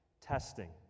Testing